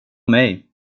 mig